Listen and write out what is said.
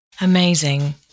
amazing